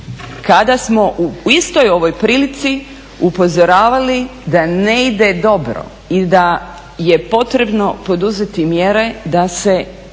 kada smo u istoj ovoj prilici upozoravali da je ne ide dobro i da je potrebno poduzeti mjere da se